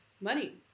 money